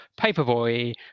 Paperboy